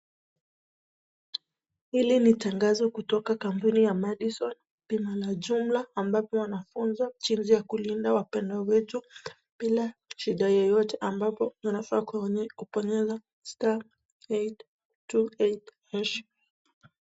Hili ni tangazo kutoka kampuni ya Madison, bima la jumla ambapo wanafuza jinsi ya kulinda wapendwa wetu bila shida yoyote ambapo unafaa kubonyeza *828#.